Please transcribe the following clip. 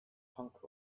punk